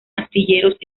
astilleros